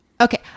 Okay